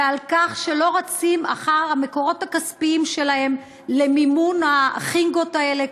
בכך שלא רצים אחר המקורות הכספיים שלהם למימון החינגות האלה,